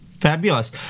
Fabulous